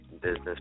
business